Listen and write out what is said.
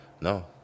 No